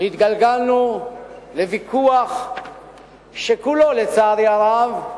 שהתגלגלנו לוויכוח שכולו, לצערי הרב,